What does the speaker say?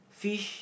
fish